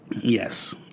Yes